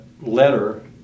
letter